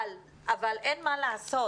אין מה לעשות,